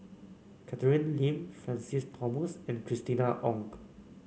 Catherine Lim Francis Thomas and Christina Ong